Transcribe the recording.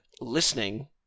listening